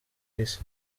isi